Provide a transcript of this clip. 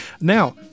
Now